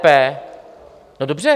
No dobře.